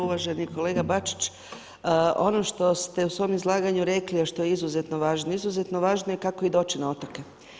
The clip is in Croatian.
Uvaženi kolega Bačić, ono što ste u svom izlaganju rekli, a što je izuzetno važno, izuzetno je važno kako doći na otoke.